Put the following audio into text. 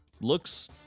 looks